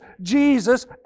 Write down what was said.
Jesus